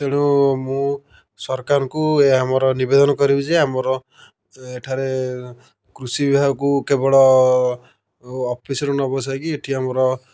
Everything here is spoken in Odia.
ତେଣୁ ମୁଁ ସରକାରଙ୍କୁ ଏହା ମୋର ନିବେଦନ କରିବି ଯେ ଆମର ଏଠାରେ କୃଷି ବିଭାଗକୁ କେବଳ ଅଫିସରୁ ନ ବସାଇକି ଏଠି ଆମର